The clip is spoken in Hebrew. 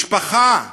משפחה,